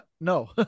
No